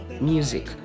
music